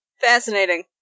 Fascinating